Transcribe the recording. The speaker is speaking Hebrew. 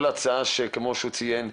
כל הצעה, כמו שהוא ציין,